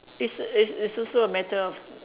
it's it's it's also a matter of